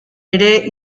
ere